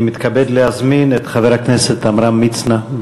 אני מתכבד להזמין את חבר הכנסת עמרם מצנע.